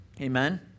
Amen